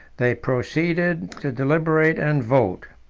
they proceeded to deliberate and vote.